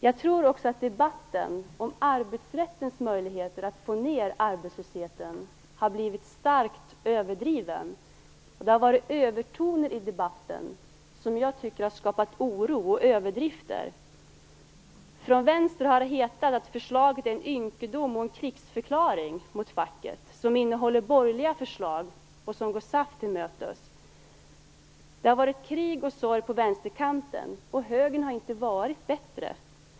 Jag tror också att debatten om arbetsrättens möjligheter att få ned arbetslösheten har blivit starkt överdriven. Det har varit övertoner i debatten, som har skapat oro och överdrifter. Från Vänstern har det hetat att förslaget är en ynkedom och en krigsförklaring mot facket, att det innehåller borgerliga förslag och går SAF till mötes. Det har varit krig och sorg på vänsterkanten, och Högern har inte varit bättre.